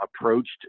approached